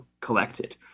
collected